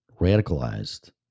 Radicalized